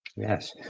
Yes